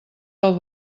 del